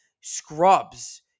scrubs